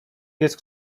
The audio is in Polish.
pies